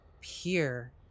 peer